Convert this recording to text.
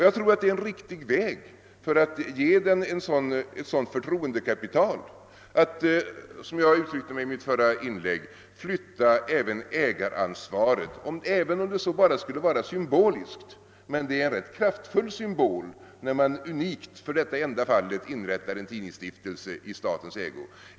Jag tror det är en riktig väg för att ge tidningen ett sådant förtroendekapital att — som jag uttryckte mig i mitt förra inlägg — flytta även ägaransvaret, även om det så bara skulle vara symboliskt. Det är dock en rätt kraftfull symbol när man unikt för detta ändamål inrättar en tidningsstiftelse i statens ägo.